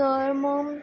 म